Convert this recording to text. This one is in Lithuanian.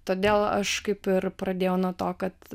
todėl aš kaip ir pradėjau nuo to kad